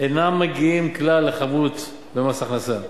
אינם מגיעים כלל לחבות במס הכנסה.